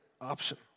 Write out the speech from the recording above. option